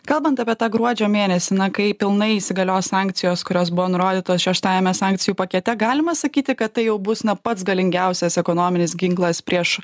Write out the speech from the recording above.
kalbant apie tą gruodžio mėnesį na kai pilnai įsigalios sankcijos kurios buvo nurodytos šeštajame sankcijų pakete galima sakyti kad tai jau bus na pats galingiausias ekonominis ginklas prieš